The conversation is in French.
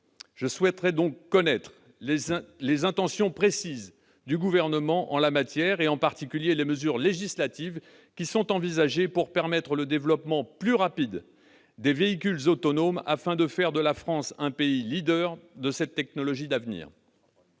Je souhaiterais donc connaître les intentions précises du Gouvernement en la matière, en particulier les mesures législatives qu'il envisage de faire adopter pour permettre le développement plus rapide des véhicules autonomes en vue de faire de la France un pays de cette technologie d'avenir.